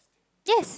yes